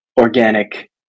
organic